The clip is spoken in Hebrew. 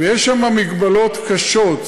יש שם מגבלות קשות,